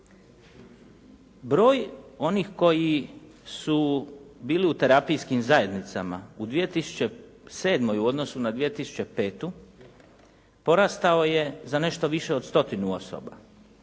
Broj onih koji su bili u terapijskim zajednicama u 2007. u odnosu na 2005. porastao je za nešto više od 100 osoba,